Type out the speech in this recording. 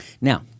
Now